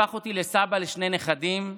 הפך אותי לסבא לשני נכדים מקסימים,